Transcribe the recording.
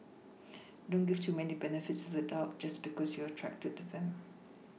don't give too many benefits of the doubt just because you're attracted to them